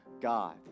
God